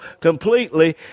completely